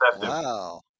Wow